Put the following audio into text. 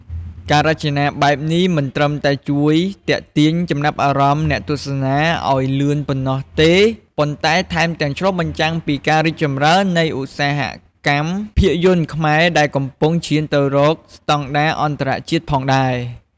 ការរចនាបែបនេះមិនត្រឹមតែជួយទាក់ទាញចំណាប់អារម្មណ៍អ្នកទស្សនាឱ្យលឿនប៉ុណ្ណោះទេ ប៉ុន្តែថែមទាំងឆ្លុះបញ្ចាំងពីការរីកចម្រើននៃឧស្សាហកម្មភាពយន្តខ្មែរដែលកំពុងឈានទៅរកស្តង់ដារអន្តរជាតិផងដែរ ។